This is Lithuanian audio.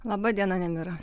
laba diena nemira